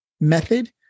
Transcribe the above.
method